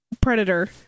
Predator